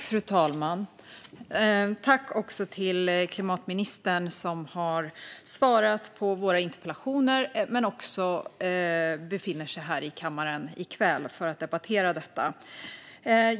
Fru talman! Jag tackar klimatministern, som har svarat på våra interpellationer och befinner sig här i kammaren i kväll för att debattera dem.